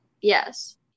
Yes